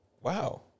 Wow